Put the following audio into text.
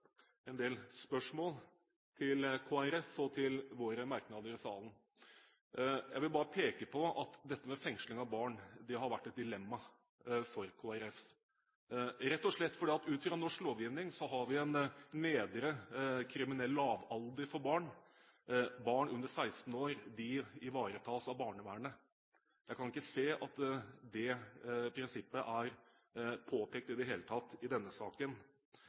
en del spørsmål til Kristelig Folkeparti og om våre merknader. Jeg vil bare peke på at dette med fengsling av barn har vært et dilemma for Kristelig Folkeparti – rett og slett fordi at ut fra norsk lovgivning har vi en nedre kriminell lavalder for barn. Barn under 16 år ivaretas av barnevernet. Jeg kan ikke se at det prinsippet i det hele tatt er påpekt i denne saken.